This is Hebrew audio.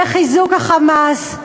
וחיזוק ה"חמאס",